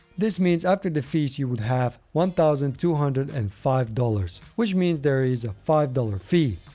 this means after the fees, you would have one thousand two hundred and five dollars, which means there is a five dollars fee.